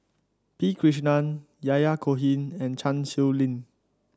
P Krishnan Yahya Cohen and Chan Sow Lin